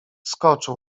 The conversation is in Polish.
skoczył